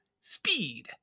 Speed